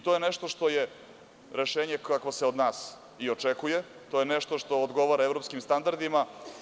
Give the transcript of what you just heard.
To je nešto što je rešenje kakvo se od nas i očekuje, to je nešto što odgovara evropskim standardima.